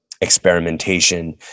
experimentation